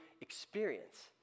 experience